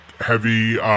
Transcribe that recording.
heavy